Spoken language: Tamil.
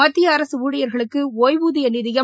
மத்திய அரசு ஊழியர்களுக்கு ஓய்வூதிய நிதியம்